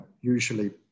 usually